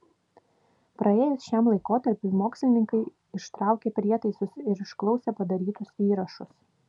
praėjus šiam laikotarpiui mokslininkai ištraukė prietaisus ir išklausė padarytus įrašus